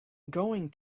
going